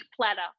platter